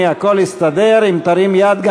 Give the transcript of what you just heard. ההסתייגויות לסעיף 06, משרד הפנים,